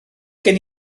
gen